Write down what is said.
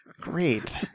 Great